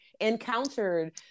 encountered